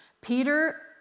Peter